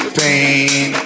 pain